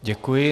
Děkuji.